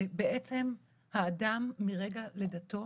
בעצם האדם מרגע לידתו,